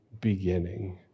beginning